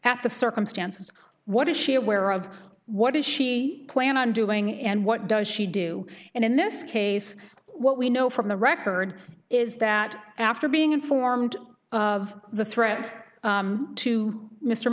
at the circumstances what is she aware of what does she plan on doing and what does she do and in this case what we know from the record is that after being informed of the threat to mr